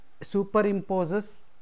superimposes